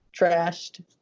trashed